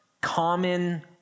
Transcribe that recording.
common